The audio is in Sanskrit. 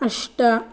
अष्ट